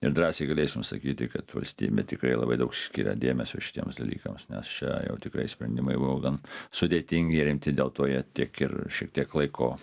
ir drąsiai galėsim sakyti kad valstybė tikrai labai daug skiria dėmesio šitiems dalykams nes čia jau tikrai sprendimai buvo gan sudėtingi rimti dėl to jie tiek ir šiek tiek laiko